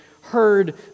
heard